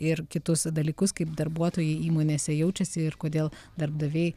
ir kitus dalykus kaip darbuotojai įmonėse jaučiasi ir kodėl darbdaviai